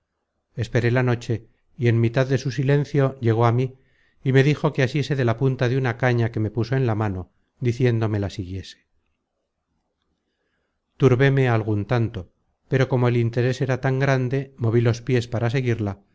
mi remedio esperé la noche y en la mitad de su silencio llegó content from google book search generated at na á mí y me dijo que asiese de la punta de una caña que me puso en la mano diciéndome la siguiese turbéme algun tanto pero como el interes era tan grande moví los piés para seguirla